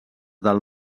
del